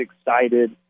excited